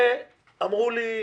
אמרו לי: